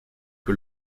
que